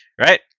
Right